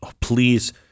please